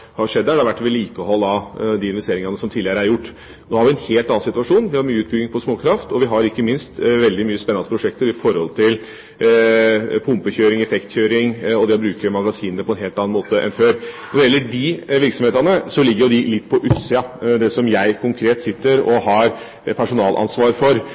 har skjedd der. Det har vært vedlikehold av de investeringene som tidligere er gjort. Nå har vi en helt annen situasjon. Vi har mye utbygging av småkraft, og vi har ikke minst veldig mange spennende prosjekter når det gjelder pumpekjøring, effektkjøring og det å bruke magasinene på en helt annen måte enn før. Når det gjelder de virksomhetene, ligger jo de litt på utsiden av det som jeg konkret sitter og har personalansvar for.